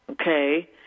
okay